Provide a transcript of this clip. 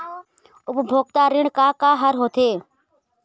उपभोक्ता ऋण का का हर होथे?